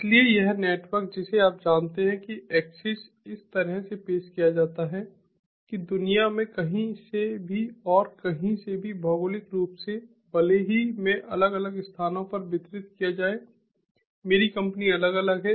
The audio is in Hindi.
इसलिए यह नेटवर्क जिसे आप जानते हैं कि एक्सेस इस तरह से पेश किया जाता है कि दुनिया में कहीं से भी और कहीं से भी भौगोलिक रूप से भले ही मैं अलग अलग स्थानों पर वितरित किया जाए मेरी कंपनी अलग है